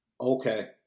Okay